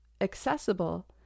accessible